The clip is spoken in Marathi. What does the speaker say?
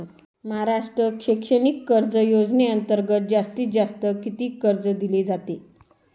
महाराष्ट्र शैक्षणिक कर्ज योजनेअंतर्गत जास्तीत जास्त किती कर्ज दिले जाते?